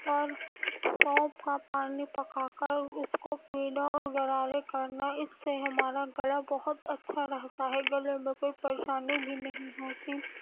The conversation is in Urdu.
اور سونف كا پانی پكا كر اس كو پینا اور غرارے کرنا اس سے ہمارا گلا بہت اچھا رہتا ہے گلے میں کوئی پریشانی بھی نہیں ہوتی